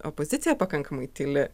opozicija pakankamai tyli